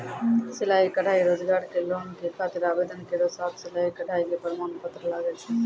सिलाई कढ़ाई रोजगार के लोन के खातिर आवेदन केरो साथ सिलाई कढ़ाई के प्रमाण पत्र लागै छै?